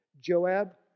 Joab